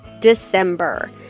December